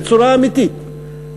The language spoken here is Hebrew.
בצורה אמיתית,